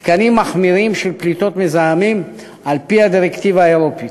תקנים מחמירים של פליטות מזהמים על-פי הדירקטיבה האירופית.